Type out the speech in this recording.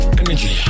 energy